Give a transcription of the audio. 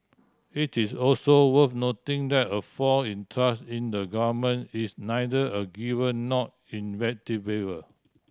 it is also worth noting that a fall in trust in the Government is neither a given nor